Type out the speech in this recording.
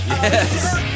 Yes